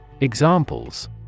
Examples